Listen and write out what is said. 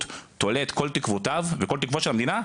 תולה את כל תקוותיו ואת כל תקוות המדינה,